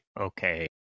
Okay